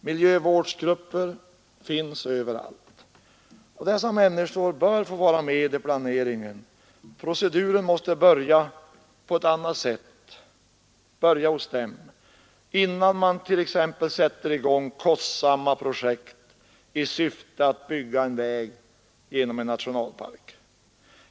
Miljövårdsgrupper finns överallt, och dessa människor bör få vara med i planeringen. Proceduren måste börja på ett annat sätt, börja hos dem innan man t.ex. sätter i gång kostsamma projekt i syfte att bygga en väg genom en nationalpark.